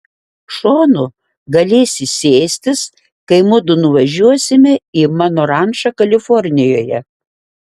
šonu galėsi sėstis kai mudu nuvažiuosime į mano rančą kalifornijoje